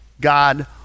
God